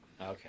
Okay